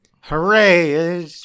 hooray